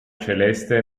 celeste